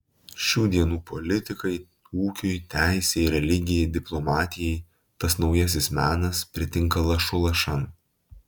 šių dienų politikai ūkiui teisei religijai diplomatijai tas naujasis menas pritinka lašu lašan